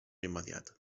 immediat